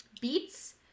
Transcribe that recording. Beets